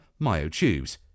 myotubes